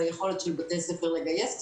ביכולת של בתי ספר לגייס כספים,